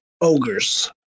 ogres